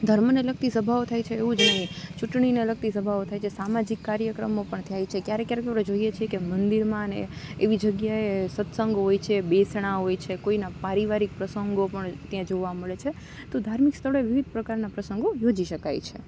ધર્મને લગતી સભાઓ થાય છે એવુ જ નહીં ચૂંટણીને લગતી સભાઓ થાય છે સામાજિક કાર્યક્રમો પણ થાય છે ક્યારેક ક્યારેક જોઈએ છીએ કે મંદિરમાં અને એવી જગીયાએ સત્સંગ હોય છે બેસણાં હોય છે કોઈના પારિવારિક પ્રસંગો પણ ત્યાં જોવા મળે છે તો ધાર્મિક સ્થળોએ વિવિધ પ્રકારના પ્રસંગો યોજી શકાય છે